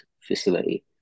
facility